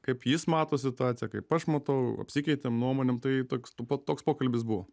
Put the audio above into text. kaip jis mato situaciją kaip aš matau apsikeitėm nuomonėm tai toks tu toks pokalbis buvo